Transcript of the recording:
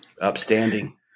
Upstanding